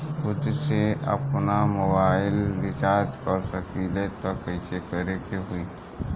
खुद से आपनमोबाइल रीचार्ज कर सकिले त कइसे करे के होई?